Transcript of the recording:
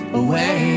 away